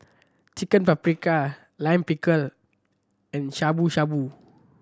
Chicken Paprika Lime Pickle and Shabu Shabu